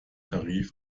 tarif